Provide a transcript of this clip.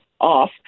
off